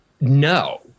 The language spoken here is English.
no